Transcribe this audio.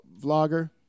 vlogger